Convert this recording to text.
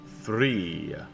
three